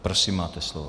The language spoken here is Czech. Prosím, máte slovo.